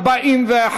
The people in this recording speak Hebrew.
לסעיף 41,